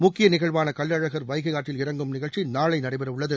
முக்கிய நிகழ்வான கள்ளழகா் வைகை ஆற்றில் இறங்கும் வைபம் நாளை நடைபெற உள்ளது